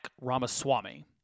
Ramaswamy